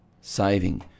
saving